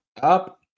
up